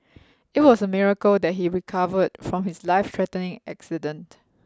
it was a miracle that he recovered from his life threatening accident